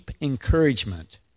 encouragement